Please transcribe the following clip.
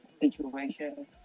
situation